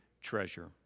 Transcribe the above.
treasure